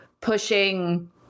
pushing